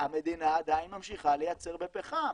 המדינה עדיין ממשיכה לייצר בפחם,